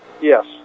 Yes